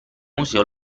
museo